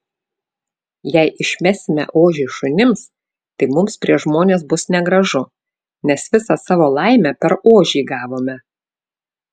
jei išmesime ožį šunims tai mums prieš žmones bus negražu nes visą savo laimę per ožį gavome